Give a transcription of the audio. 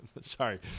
sorry